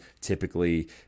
typically